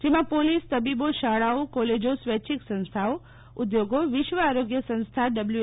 જેમાં પોલીસ તબીબો શાળાઓ કોલેજો સ્વૈચ્છિક સંસ્થાઓ ઉદ્યોગો વિશ્વ આરોગ્ય સંસ્થા ડબલ્યુ